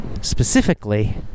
specifically